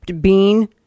bean